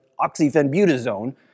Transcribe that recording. oxyfenbutazone